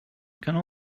gonna